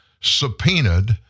subpoenaed